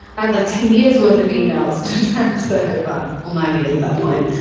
i had like ten years' worth of emails just transfer over, well nine years at that point.